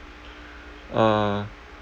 uh